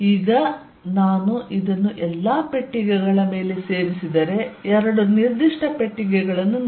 ಈಗ ನಾನು ಇದನ್ನು ಎಲ್ಲಾ ಪೆಟ್ಟಿಗೆಗಳ ಮೇಲೆ ಸೇರಿಸಿದರೆ ಎರಡು ನಿರ್ದಿಷ್ಟ ಪೆಟ್ಟಿಗೆಗಳನ್ನು ನೋಡಿ